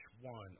one